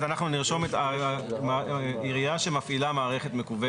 אנחנו נרשום עירייה שמפעילה מערכת מקוונת.